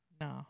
No